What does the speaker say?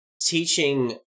teaching